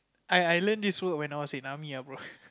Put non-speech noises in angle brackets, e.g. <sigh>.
I I learnt this word when I was in army ah bro <laughs>